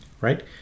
Right